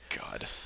God